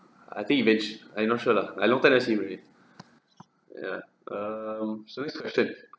I think even~ I not sure lah I long time never see him already ya um so next question